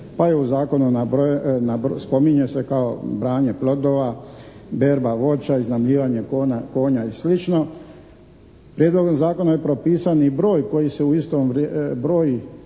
pa je u zakonu spominje se kao branje plodova, berba voća, iznajmljivanje konja i sl. Prijedlogom zakona propisan je i broj koji se u isto, broj